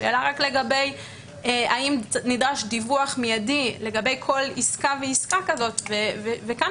השאלה היא האם נדרש דיווח מיידי לגבי כל עסקה ועסקה כזאת וכאן